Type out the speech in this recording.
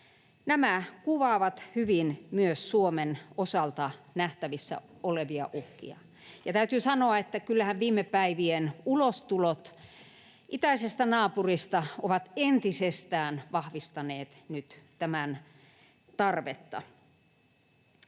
Nämä kuvaavat hyvin myös Suomen osalta nähtävissä olevia uhkia. Ja täytyy sanoa, että kyllähän viime päivien ulostulot itäisestä naapurista ovat entisestään vahvistaneet nyt tämän tarvetta.